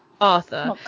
Arthur